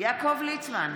יעקב ליצמן,